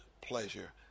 pleasure